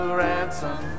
ransom